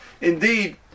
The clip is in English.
Indeed